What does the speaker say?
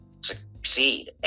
succeed